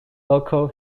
local